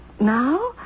now